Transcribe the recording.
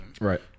right